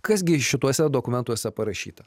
kas gi šituose dokumentuose parašyta